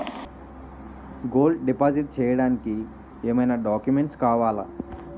Gold deposit చేయడానికి ఏమైనా documents కావాలా?